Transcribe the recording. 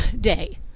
day